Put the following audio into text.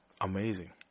amazing